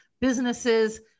businesses